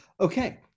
Okay